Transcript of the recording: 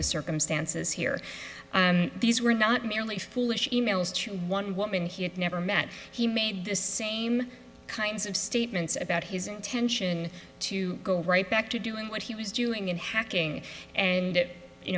the circumstances here these were not merely foolish e mails to one woman he had never met he made the same kinds of statements about his intention to go right back to doing what he was doing and hacking and